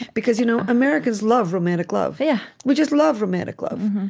because you know americans love romantic love. yeah we just love romantic love.